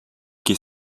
quai